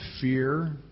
fear